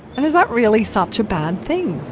and is that really such a bad thing?